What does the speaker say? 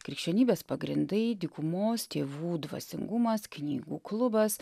krikščionybės pagrindai dykumos tėvų dvasingumas knygų klubas